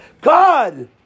God